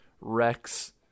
Rex